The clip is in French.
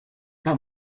pas